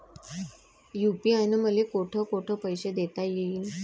UPI न मले कोठ कोठ पैसे देता येईन?